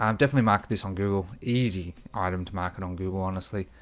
um definitely mark this on google easy item to market on google honestly,